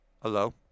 Hello